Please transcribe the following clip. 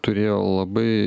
turėjo labai